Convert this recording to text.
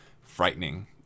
frightening